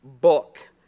book